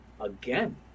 again